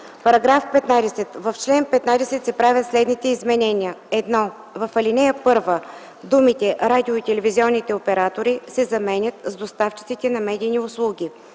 § 15: „§ 15. В чл. 15 се правят следните изменения: 1. В ал. 1 думите „Радио- и телевизионните оператори” се заменят с „Доставчиците на медийни услуги”.